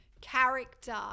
character